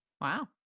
Wow